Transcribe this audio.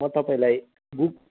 म तपाईँलाई गु